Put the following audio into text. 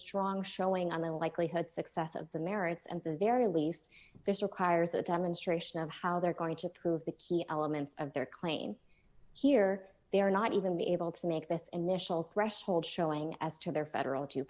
strong showing on the likelihood success of the merits and the very least this requires a demonstration of how they're going to prove the key elements of their claim here they are not even be able to make this initial threshold showing as to their federal to